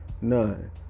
None